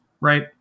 right